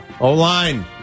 O-line